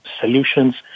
solutions